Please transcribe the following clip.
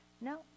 no